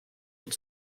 old